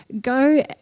go